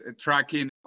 tracking